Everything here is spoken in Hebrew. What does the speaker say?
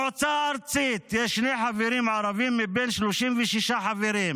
הארצית יש שני חברים ערבים מבין 36 חברים,